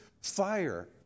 fire